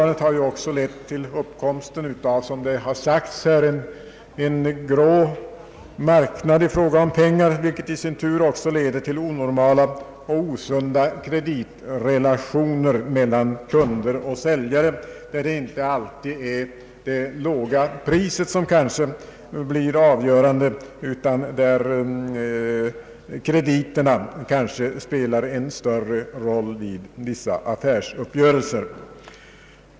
Det har också lett till uppkomsten av, som här redan har sagts, en grå marknad i fråga om pengar, vilket i sin tur leder till onormala och osunda kreditrelationer mellan kunder och säljare där kanske inte alltid det låga priset blir avgörande utan krediterna måhända spelar en större roll vid vissa affärsuppgörelser.